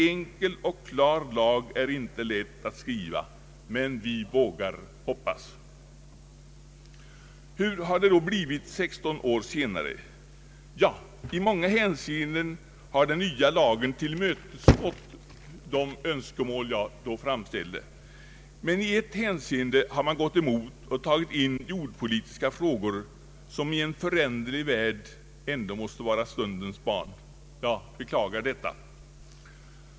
Enkel och klar lag är inte lätt att skriva, men vi vågar hoppas.” Hur har det då blivit 16 år senare? Ja, i många hänseenden har den nya lagstiftningen tillmötesgått de önskemål som jag då framförde, men i ett hänseende har man gått emot och tagit in jordpolitiska frågor, som i en föränderlig värld ändå måste vara stundens barn. Jag beklagar detta.